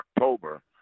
October